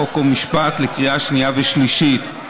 חוק ומשפט לקריאה שנייה ושלישית.